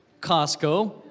Costco